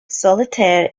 solitaire